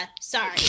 Sorry